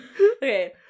Okay